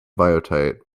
biotite